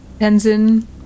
Tenzin